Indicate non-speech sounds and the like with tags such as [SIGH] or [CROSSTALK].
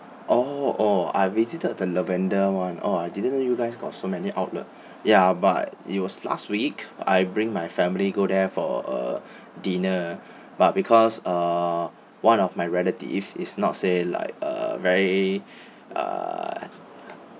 orh oh I visited the lavender [one] orh I didn't know you guys got so many outlet ya but it was last week I bring my family go there for a [BREATH] dinner but because uh one of my relative is not say like uh very uh